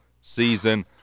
season